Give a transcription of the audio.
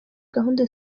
gahunda